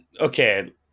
Okay